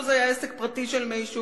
לו זה היה עסק פרטי של מישהו,